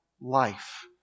life